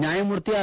ನ್ಯಾಯಮೂರ್ತಿ ಆರ್